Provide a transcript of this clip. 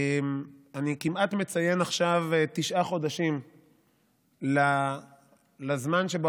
אני כמעט מציין עכשיו תשעה חודשים לזמן שבו